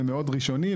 זה מאוד ראשוני,